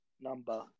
number